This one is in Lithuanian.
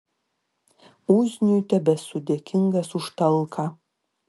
uzniui tebesu dėkingas už talką